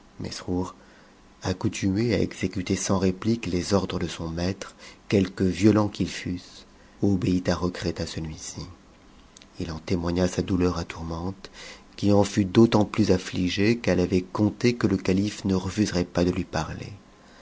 accoutumé à exécuter sans réplique les ordres de son matlre quelque violents qu'ils fussent obéit à regret à celui-ci ï en témoigna sa douleur à tourmente qui en fut d'autant plus afsigée qu'elle avait compté que le calife ne refuserait pas de lui parler